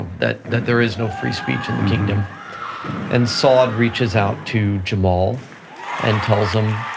that that there is no free speech in the kingdom and saud reaches out to jamal and tells them,